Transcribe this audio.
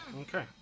okay